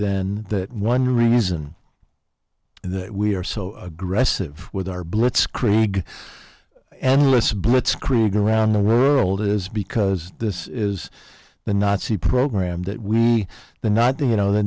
then that one reason that we are so aggressive with our blitzkrieg endless blitzkrieg around the world is because this is the nazi program that we the not the you know the